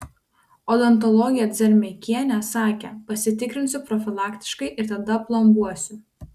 odontologė dzermeikienė sakė pasitikrinsiu profilaktiškai ir tada plombuosiu